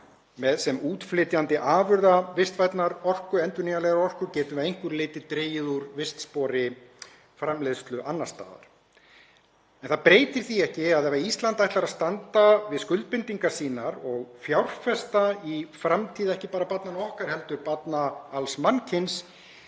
Sem útflytjandi afurða vistvænnar endurnýjanlegrar orku getum við að einhverju leyti dregið úr vistspori framleiðslu annars staðar en það breytir því ekki að ef Ísland ætlar að standa við skuldbindingar sínar og fjárfesta í framtíð, ekki bara barnanna okkar heldur barna alls mannkyns,